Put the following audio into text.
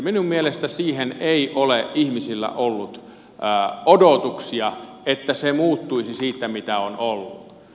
minun mielestäni siihen ei ole ihmisillä ollut odotuksia että se muuttuisi siitä mitä on ollut